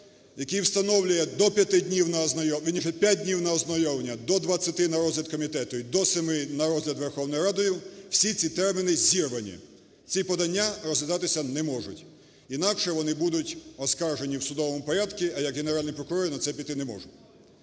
п'ять днів на ознайомлення, до 20 – на розгляд комітету і до 7 – на розгляд Верховною Радою, всі ці терміни зірвані. Ці подання розглядатися не можуть. Інакше вони будуть оскаржені в судовому порядку, а я як Генеральний прокурор на це піти не можу.